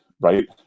right